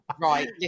Right